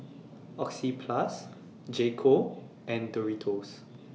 Oxyplus J Co and Doritos